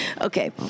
Okay